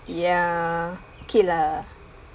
ya okay lah